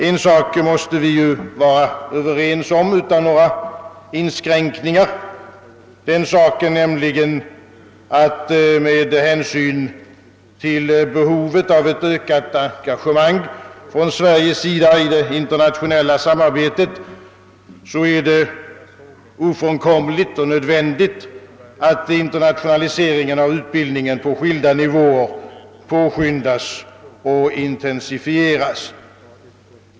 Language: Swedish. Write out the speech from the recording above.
En sak måste vi vara Överens om utan några inskränkningar, nämligen att med hänsyn till behovet av ett ökat engagemang från Sveriges sida i det internationella samarbetet är det ofrånkomligt och nödvändigt att internationaliseringen av utbildningen på skilda nivåer påskyndas och intensifieras.